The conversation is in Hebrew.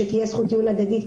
שתהיה זכות טיעון הדדית,